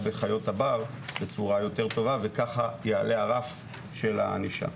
בחיות הבר בצורה יותר טובה וככה יעלה הרף של הענישה.